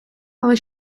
але